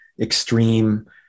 extreme